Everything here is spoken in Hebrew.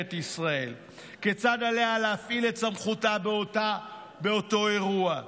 ישראל כיצד עליה להפעיל את סמכותה באותו אירוע,